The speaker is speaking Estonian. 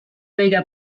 kõige